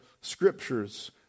scriptures